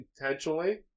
intentionally